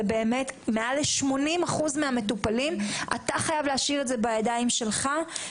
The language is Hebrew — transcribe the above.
באמת מעל ל-80% מהמטופלים - אתה חייב להשאיר את זה בידיים שלך,